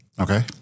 Okay